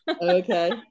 okay